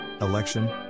election